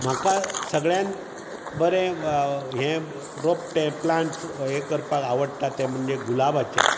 म्हाका सगळ्यान बरें हें रोपटें प्लांट्स हें करपाक आवडटा तें म्हणजें गुलाबाचें